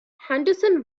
henderson